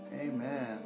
Amen